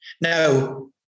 Now